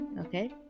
okay